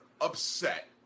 upset